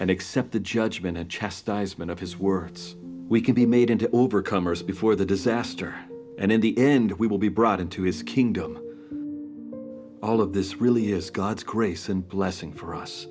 and accept the judgment and chastisement of his words we can be made into overcomers before the disaster and in the end we will be brought into his kingdom all of this really is god's grace and blessing for us